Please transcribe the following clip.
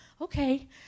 okay